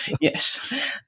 Yes